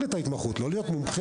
את ההתמחות ולא להיות כבר מומחים.